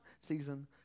season